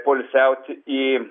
poilsiauti į